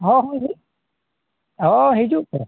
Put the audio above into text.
ᱦᱳᱭ ᱦᱳᱭ ᱦᱤᱡᱩᱜ ᱯᱮ